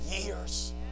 years